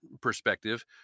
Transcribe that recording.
perspective